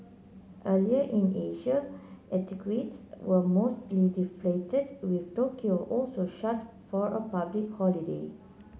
earlier in Asia equities were mostly deflated with Tokyo also shut for a public holiday